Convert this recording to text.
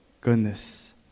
goodness